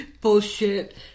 Bullshit